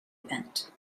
event